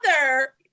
mother